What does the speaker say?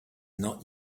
not